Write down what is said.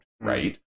right